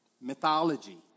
mythology